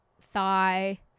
thigh